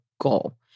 goal